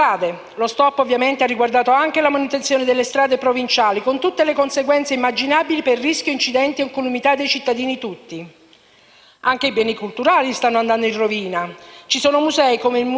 Anche i beni culturali stanno andando in rovina: ci sono musei, come il Museo campano di Capua, che sta cercando di resistere, ma che rischia la chiusura perché la Provincia non può provvedere alla più minima azione di gestione.